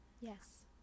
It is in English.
yes